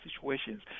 situations